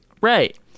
Right